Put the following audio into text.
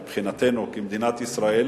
מבחינתנו, כמדינת ישראל,